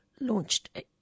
launched